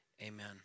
Amen